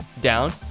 down